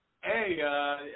Hey